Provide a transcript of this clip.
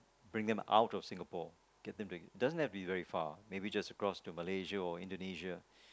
bring them out of Singapore get them to doesn't have to be very far maybe just across to Malaysia or Indonesia